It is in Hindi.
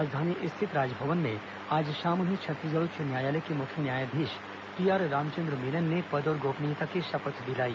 राजधानी स्थित राजभवन में आज शाम उन्हें छत्तीसगढ़ उच्च न्यायालय के मुख्य न्यायाधीश पीआर रामचंद्र मेनन ने पद और गोपनीयता की शपथ दिलाई